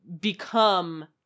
become